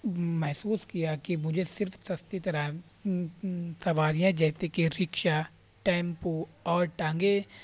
محسوس کیا کہ مجھے صرف سستی طرح سواریاں جیسے کہ رکشا ٹیمپو اور ٹانگے